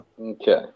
Okay